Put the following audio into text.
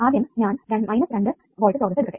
ആദ്യം ഞാൻ 2 വോൾട്ട് സ്രോതസ്സ് എടുക്കട്ടെ